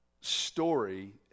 story